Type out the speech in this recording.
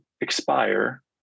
expire